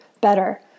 better